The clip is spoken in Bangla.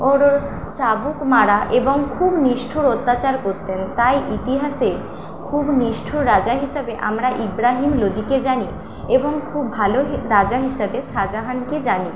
ওরর চাবুক মারা এবং খুব নিষ্ঠুর অত্যাচার করতেন তাই ইতিহাসে খুব নিষ্ঠুর রাজা হিসাবে আমরা ইব্রাহিম লোদিকে জানি এবং খুব ভালো হি রাজা হিসাবে শাহ জাহানকে জানি